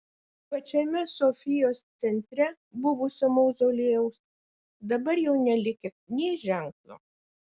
pačiame sofijos centre buvusio mauzoliejaus dabar jau nelikę nė ženklo